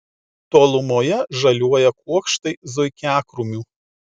tolumoje žaliuoja kuokštai zuikiakrūmių